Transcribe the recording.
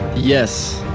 yes.